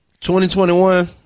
2021